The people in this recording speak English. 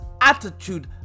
attitude